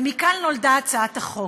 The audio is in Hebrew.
מכאן נולדה הצעת החוק.